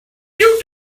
you